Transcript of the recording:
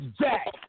Jack